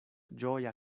ĝoja